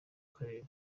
karere